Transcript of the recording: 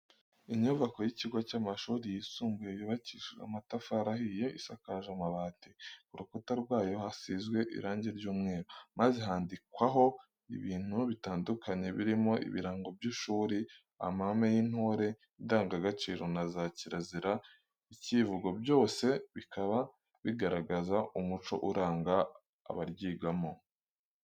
Inyubako y'ikigo cy'amashuri yisumbuye yubakishije amatafari ahiye, isakaje amabati, ku rukuta rwayo hasizwe irangi ry'umweru maze handikwaho ibintu bitandukanye birimo ibirango by'ishuri, amahame y'intore, indangagaciro na za kirazira, icyivugo byose bikaba bigaragaza umuco uranga abaryigamo.